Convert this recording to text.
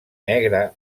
negre